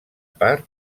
part